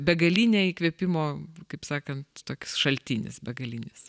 begalinė įkvėpimo kaip sakant toks šaltinis begalinis